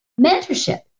Mentorship